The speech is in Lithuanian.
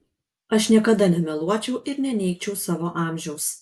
aš niekada nemeluočiau ir neneigčiau savo amžiaus